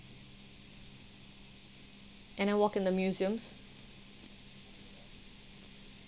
and I walk in the museums